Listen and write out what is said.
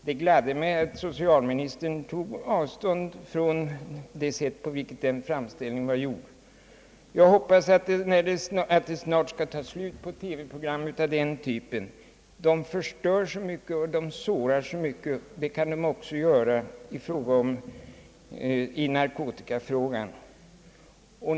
Det gladde mig att socialministern tog avstånd från det sätt på vilket den framställningen var gjord. Jag hoppas att det snart skall ta slut på TV-program av den typen. De förstör så mycket och de sårar så mycket. Det kan de också göra i narkotikafrågan.